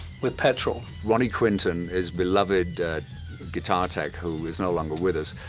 with petrol. ronnie quinton, his beloved guitar tech, who is no longer with us,